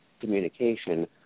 communication